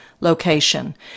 location